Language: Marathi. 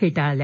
फेटाळल्या